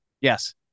Yes